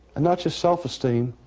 and not just self-esteem,